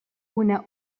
una